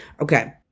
Okay